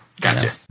Gotcha